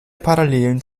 parallelen